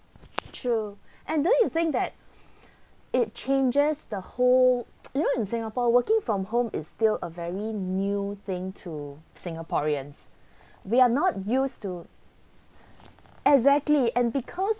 true and don't you think that it changes the whole you know in singapore working from home is still a very new thing to singaporeans we are not used to exactly and because